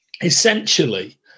essentially